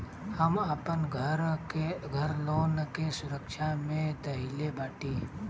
हम आपन घर लोन के सुरक्षा मे धईले बाटी